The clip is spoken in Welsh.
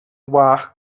wallt